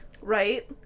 Right